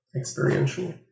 experiential